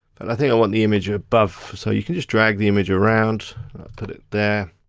and i think i want the image above, so you can just drag the image around. i've put it there.